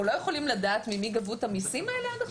אנחנו לא יכולים לדעת ממי גבו את המיסים האלה עכשיו?